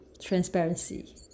transparency